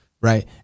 right